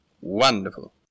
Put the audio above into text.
Wonderful